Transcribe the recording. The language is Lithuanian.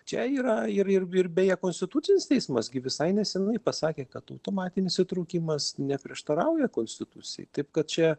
čia yra ir ir ir beje konstitucinis teismas gi visai nesenai pasakė kad automatinis įtraukimas neprieštarauja konstitucijai taip kad čia